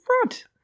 front